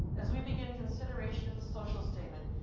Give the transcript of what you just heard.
as we begin consideration of the social statement,